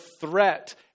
threat